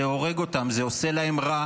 זה הורג אותם, זה עושה להם רע,